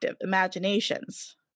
imaginations